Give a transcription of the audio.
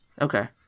Okay